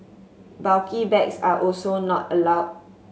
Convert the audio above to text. bulky bags are also not allowed